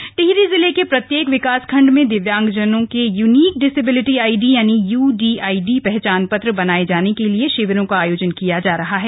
दिव्यांग पहचान पत्र टिहरी जिले के प्रत्येक विकासखण्ड में दिव्यांगजनों के यूनीक डिसेबिलिटी आईडी यानि यूडीआईडी पहचान पत्र बनाये जाने के लिए शिविरों का आयोजन किया जा रहा है